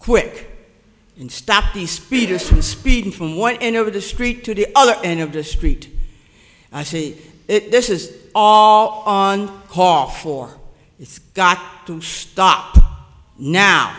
quick and stop the speeders from speeding from one end of the street to the other end of the street i see this is all on call for it's got to stop now